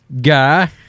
guy